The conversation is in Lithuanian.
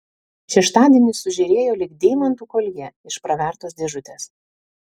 šeštadienis sužėrėjo lyg deimantų koljė iš pravertos dėžutės